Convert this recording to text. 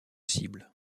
cible